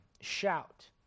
Shout